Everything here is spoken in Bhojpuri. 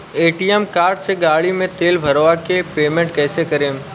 ए.टी.एम कार्ड से गाड़ी मे तेल भरवा के पेमेंट कैसे करेम?